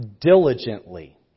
diligently